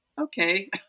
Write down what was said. okay